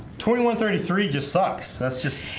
twenty one thirty three just sucks, that's just